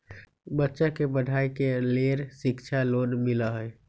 बच्चा के पढ़ाई के लेर शिक्षा लोन मिलहई?